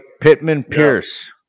Pittman-Pierce